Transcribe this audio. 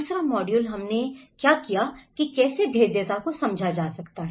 दूसरा मॉड्यूल हमने क्या किया कैसे भेद्यता को समझा जा सकता है